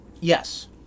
Yes